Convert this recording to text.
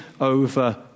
over